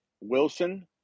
Wilson